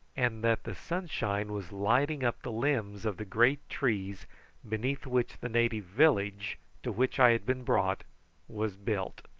and that the sunshine was lighting up the limbs of the great trees beneath which the native village to which i had been brought was built.